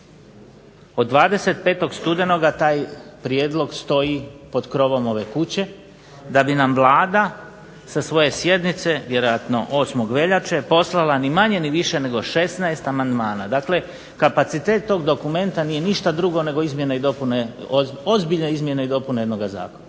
Od 25. studenoga taj prijedlog stoji pod krovom ove kuće, da bi nam Vlada sa svoje sjednice, vjerojatno 8. veljače poslala, ni manje ni više nego 16 amandmana, dakle kapacitet tog dokumenta nije ništa drugo nego izmjene i dopune, ozbiljne izmjene i dopune jednoga zakona.